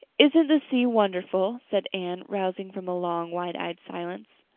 isn't the sea wonderful? said anne, rousing from a long wide-eyed silence.